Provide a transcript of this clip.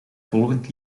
volgend